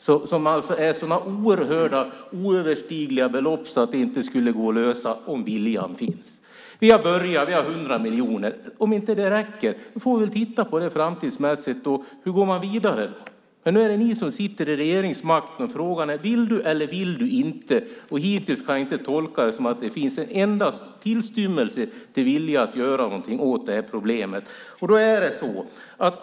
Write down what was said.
Är det sådana oerhörda och oöverstigliga belopp att det inte skulle gå att lösa om viljan fanns? Vi har börjat; vi har 100 miljoner. Om det inte räcker får vi väl titta på det framöver och se hur vi går vidare. Men nu är det ni som sitter med regeringsmakten, och frågan är: Vill du eller vill du inte, Jan Björklund? Hittills kan jag inte tolka det som att det finns någon enda tillstymmelse till vilja att göra någonting åt det här problemet.